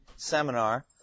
seminar